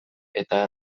eta